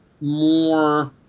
more